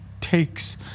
takes